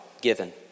given